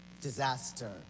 disaster